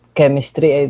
chemistry